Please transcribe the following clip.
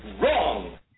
Wrong